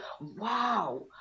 wow